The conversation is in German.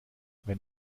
wenn